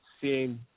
seeing